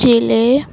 ਜ਼ਿਲ੍ਹੇ